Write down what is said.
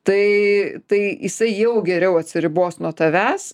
tai tai jisai jau geriau atsiribos nuo tavęs